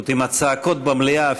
פשוט עם הצעקות במליאה,